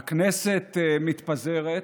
הכנסת מתפזרת.